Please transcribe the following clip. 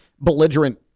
belligerent